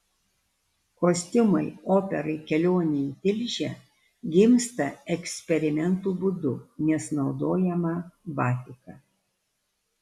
kostiumai operai kelionė į tilžę gimsta eksperimentų būdu nes naudojama batika